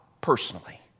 personally